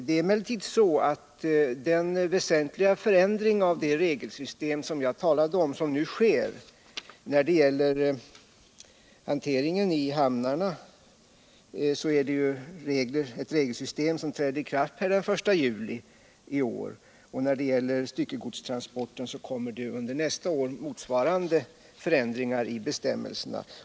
Den 1 juli i år träder det emellertid i kraft ett regelsystem för arbetet med farligt gods i hamn, och för styckegodstransporten kommer nästa år motsvarande förändringar av bestämmelserna.